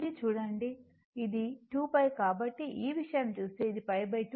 కాబట్టి ఈ విషయం చూస్తే అది π 2